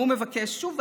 וההוא מבקש שוב.